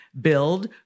Build